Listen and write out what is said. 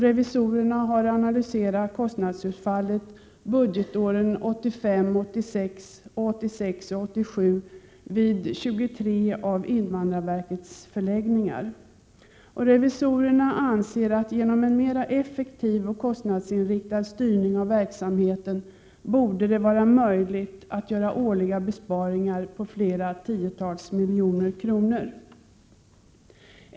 Revisorerna har analyserat kostnadsutfallet budgetåren 1985 87 vid 23 av invandrarverkets förläggningar. Revisorerna anser att det genom en mera effektiv och kostnadsinriktad styrning av verksamheten borde vara möjligt att göra årliga besparingar på flera tiotals miljoner kronor.